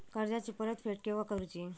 कर्जाची परत फेड केव्हा करुची?